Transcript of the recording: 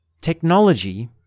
technology